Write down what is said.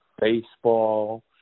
baseball